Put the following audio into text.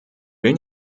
will